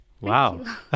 Wow